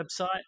Website